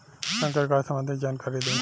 संकर गाय सबंधी जानकारी दी?